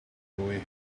way